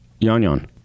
Yon-Yon